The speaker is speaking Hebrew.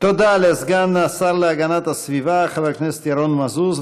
תודה לסגן השר להגנת הסביבה חבר הכנסת ירון מזוז,